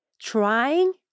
trying